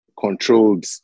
controlled